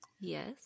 Yes